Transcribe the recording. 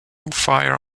fire